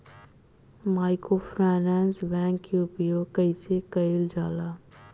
Microfinance bank के उपयोग कइसे कइल जाला?